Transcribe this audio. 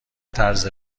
طرز